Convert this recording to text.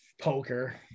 poker